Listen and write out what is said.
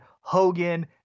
Hogan